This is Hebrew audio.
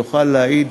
הוא יוכל להעיד,